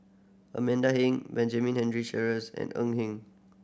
Amanda Heng Benjamin Sheares and Eng Hen